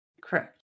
Correct